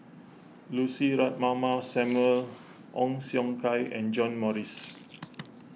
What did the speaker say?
Lucy Ratnammah Samuel Ong Siong Kai and John Morrice